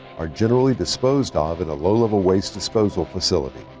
are generally disposed ah of in a low-level waste disposal facility.